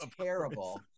terrible